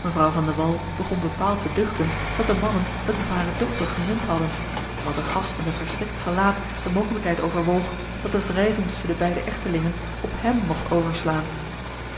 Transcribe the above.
mevrouw van de wall begon bepaald te duchten dat de mannen het op hare dochter gemunt hadden terwijl de gast met een verschrikt gelaat de mogelijkheid overwoog dat de wrijving tusschen de beide echtelingen op hem mogt overslaan